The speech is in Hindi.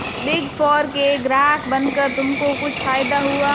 बिग फोर के ग्राहक बनकर तुमको कुछ फायदा हुआ?